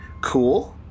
cool